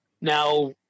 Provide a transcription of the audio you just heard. Now